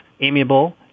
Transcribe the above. amiable